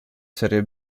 serie